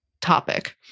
topic